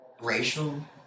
racial